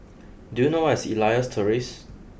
do you know where is Elias Terrace